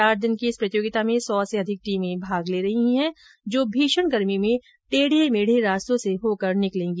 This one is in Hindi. चार दिन की इस प्रतियोगिता में सौ से अधिक टीमें भाग ले रही हैं जो भीषण गर्मी में टेढ़े मेढ़े रास्तों से होकर निकलेंगी